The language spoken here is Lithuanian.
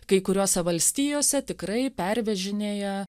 kai kuriose valstijose tikrai pervežinėja